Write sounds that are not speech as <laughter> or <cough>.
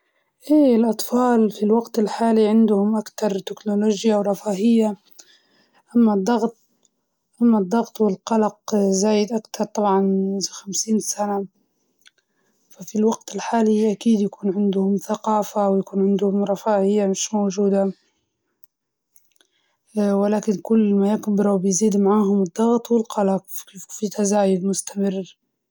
نحس إن الأطفال في الماضي كانوا أكثر سعادة، توه في أمور <hesitation> بسيطة زي اللعب برا والتواصل مع أصحابهم، اليوم رغم التطور تكنولوجيا <hesitation> ممكن إن الأطفال يحسوا بضغط أكبر بسبب وسائل التواصل الاجتماعي، والقراية.